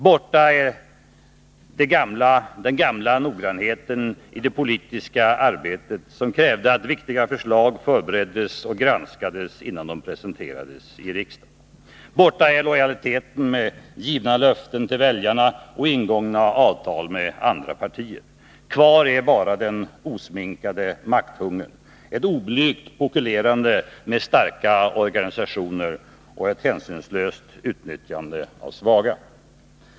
Borta är den gamla noggrannheten i det politiska Nr 52 arbetet som krävde att viktiga förslag förbereddes och granskades innan de presenterades i riksdagen. Borta är lojaliteten med givna löften till väljarna och ingångna avtal med andra partier. Kvar är bara den osminkade makthungern, ett oblygt pokulerande med starka organisationer och ett hänsynslöst utnyttjande av svaga.